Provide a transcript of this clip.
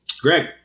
Greg